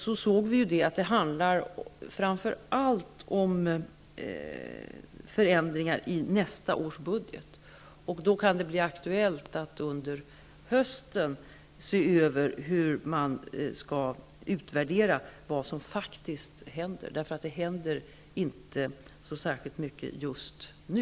Vi såg då att det framför allt handlar om förändringar i nästa års budget. Det kan därför bli aktuellt att under hösten se över hur man skall utvärdera vad som faktiskt händer. Det händer inte så särskilt mycket just nu.